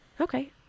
Okay